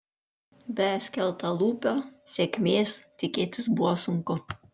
be skeltalūpio sėkmės tikėtis buvo sunku